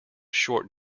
short